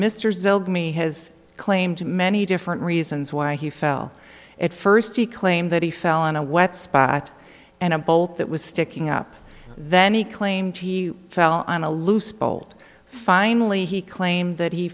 dmi has claimed many different reasons why he fell at first he claimed that he fell on a wet spot and a bolt that was sticking up then he claimed he fell on a loose bolt finally he claimed